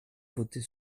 voter